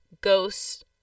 ghosts